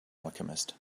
alchemist